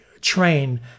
train